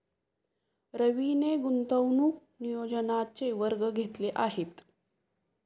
रवीने गुंतवणूक नियोजनाचे वर्ग घेतले आहेत